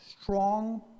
strong